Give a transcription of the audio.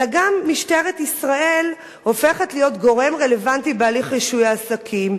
אלא גם משטרת ישראל הופכת להיות גורם רלוונטי בהליך רישוי העסקים.